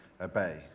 obey